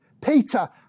Peter